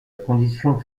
condition